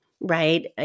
right